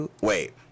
wait